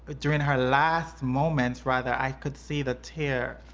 but during her last moments, rather, i could see the tear